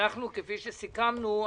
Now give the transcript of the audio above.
כפי שסיכמנו,